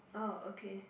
oh okay